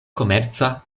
komerca